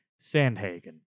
Sandhagen